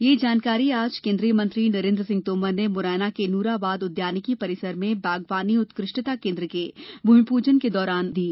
यह जानकारी आज केन्द्रीय मंत्री नरेन्द्र सिंह तौमर ने मुरैना के नूराबाद उद्यानिकी परिसर में बागवानी उत्कृष्टता केंद्र के भूमिपूजन के दौरान दी